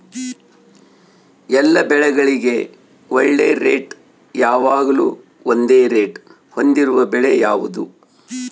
ಎಲ್ಲ ಬೆಳೆಗಳಿಗೆ ಒಳ್ಳೆ ರೇಟ್ ಯಾವಾಗ್ಲೂ ಒಂದೇ ರೇಟ್ ಹೊಂದಿರುವ ಬೆಳೆ ಯಾವುದು?